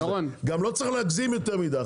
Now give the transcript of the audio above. גם לא צריך להגזים יותר מדי.